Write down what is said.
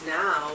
now